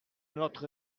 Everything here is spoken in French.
notre